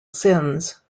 sins